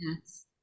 Yes